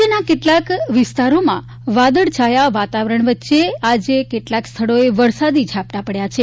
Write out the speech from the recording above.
રાજ્યના કેટલાંક વિસ્તારોમાં વાદળછાયા વાતાવરણ વચ્ચે આજે કેટલાક સ્થળોએ વરસાદી ઝાપટાં પડ્યાં છે